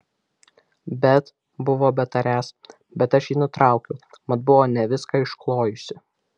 bet buvo betariąs bet aš jį nutraukiau mat buvau ne viską išklojusi